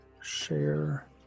share